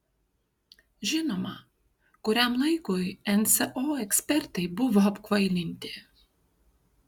žinoma kuriam laikui nso ekspertai buvo apkvailinti